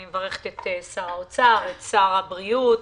אני מברכת את שר האוצר, את שר הבריאות,